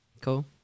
Cool